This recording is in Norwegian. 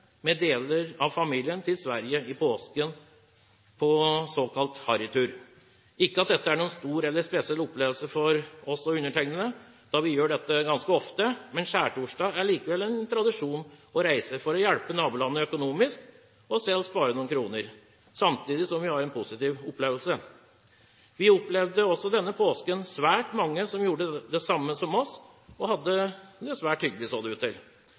med deler av familien i Sverige i påsken, på såkalt harrytur. Dette er ikke noen stor eller spesiell opplevelse for oss, da vi gjør dette ganske ofte, men på skjærtorsdag er det likevel tradisjon å reise for å hjelpe nabolandet økonomisk og selv spare noen kroner, samtidig som vi har en positiv opplevelse. Vi opplevde også denne påsken at svært mange gjorde det samme som oss og hadde det svært hyggelig, så det ut til.